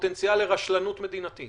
פוטנציאל לרשלנות מדינתית?